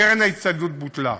קרן ההצטיידות בוטלה.